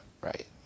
right